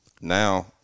now